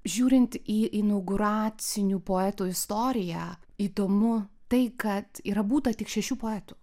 žiūrint į inauguracinių poetų istoriją įdomu tai kad yra būta tik šešių poetų